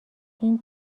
این